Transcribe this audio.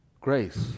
grace